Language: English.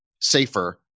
safer